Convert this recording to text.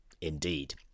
Indeed